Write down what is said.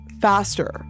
faster